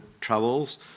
Troubles